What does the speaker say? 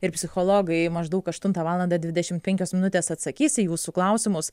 ir psichologai maždaug aštuntą valandą dvidešim penkios minutės atsakys į jūsų klausimus